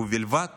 ובלבד